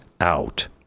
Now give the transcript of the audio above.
out